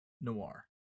noir